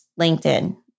LinkedIn